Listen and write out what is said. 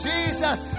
Jesus